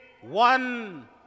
one